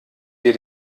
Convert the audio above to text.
wir